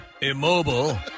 immobile